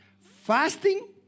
Fasting